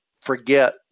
forget